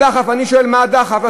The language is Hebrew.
מה הדחף?